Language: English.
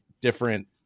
different